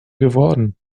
geworden